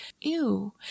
ew